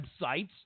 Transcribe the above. websites